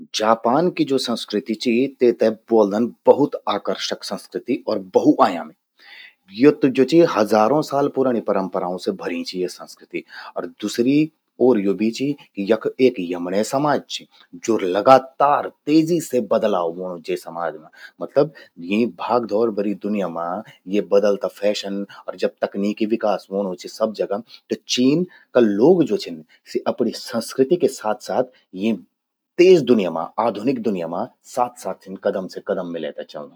जापान कि ज्वो संस्कृति चि, तेते ब्वोलदन बहुत आकर्षक संस्कृति और बहुआयामी। यो त ज्वो चि हजारों साल पुरणि परंपराओं से भर्यीं चि या संस्कृति। एर दुसरी ओर यो भी चि कि यख एक यमण्ये समाज चि, ज्वो लगातार तेजी से बदलाव व्होंणूं जे समाज मां। मतलब यीं भागदौड़ भर्यीं दुन्या मां, ये बदलता फैशन और जब सब तकनीकि विकास व्होणूं चि सब जगा। त चीन का लोग ज्वो छिन, सि अपणिं स्संकृति के साथ साथ यीं तेज दुनिया मां, आधुनिक दुनिया मां साथ साथ छिन कदम से कदम मिलै ते चल्लां।